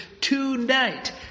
tonight